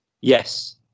Yes